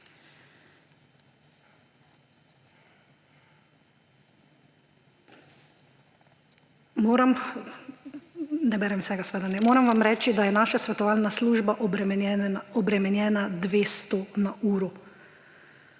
»Moram vam reči, da je naša svetovalna služba obremenjena dvesto na uro.«